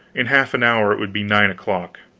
in half an hour it would be nine o'clock.